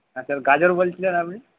হ্যাঁ স্যার গাজর বলছিলেন আপনি